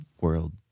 world